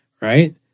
right